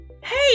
Hey